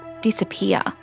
disappear